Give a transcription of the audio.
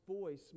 voice